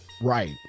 Right